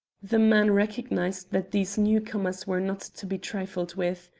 the man recognized that these newcomers were not to be trifled with.